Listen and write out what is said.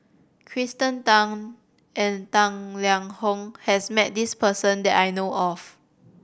Kirsten Tan and Tang Liang Hong has met this person that I know of